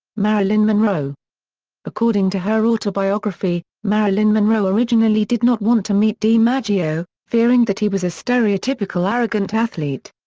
marilyn monroe according to her autobiography, marilyn monroe originally did not want to meet dimaggio, fearing that he was a stereotypical arrogant athlete.